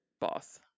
boss